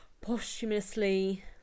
posthumously